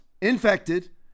infected